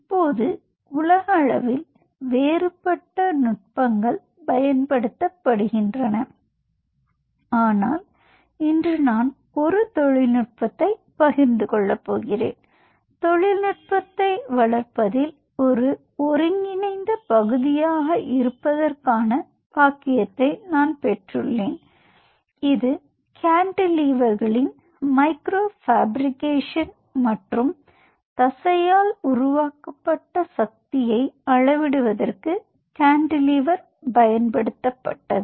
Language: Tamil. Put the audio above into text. இப்போது உலகளவில் வேறுபட்ட நுட்பங்கள் பயன்படுத்தப்படுகின்றன ஆனால் இன்று நான் ஒரு தொழில்நுட்பத்தைப் பகிர்ந்து கொள்ளப் போகிறேன் தொழில்நுட்பத்தை வளர்ப்பதில் ஒரு ஒருங்கிணைந்த பகுதியாக இருப்பதற்கான பாக்கியத்தை நான் பெற்றுள்ளேன் இது கான்டிலீவர்களின் மைக்ரோ ஃபேப்ரிகேஷன் மற்றும் தசையால் உருவாக்கப்பட்ட சக்தியை அளவிடுவதற்கு கேன்டிலீவர் பயன்படுத்த பட்டது